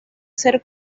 ser